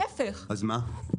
להפך,